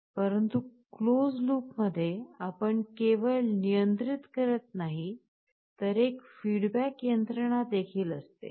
परंतु closed loop मध्ये आपण केवळ नियंत्रित करत नाही तर एक feedback यंत्रणा देखील असते